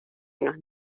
nos